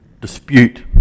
dispute